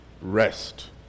rest